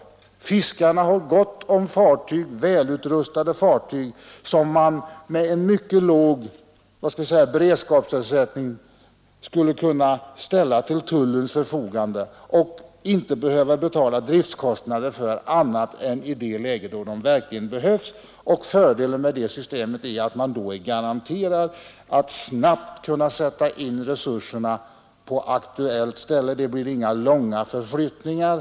Våra fiskare har gott om väl utrustade fartyg, som med mycket låg beredskapsersättning skulle kunna ställas till tullens förfogande och som man inte behöver betala några höga driftkostnader för annat än i det läge då de verkligen behöver användas. Fördelen med det systemet är att man då är garanterad att snabbt kunna sätta in resurserna på aktuellt ställe. Det blir inga långa förflyttningar.